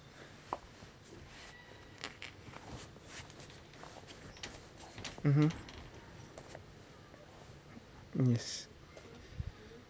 mmhmm yes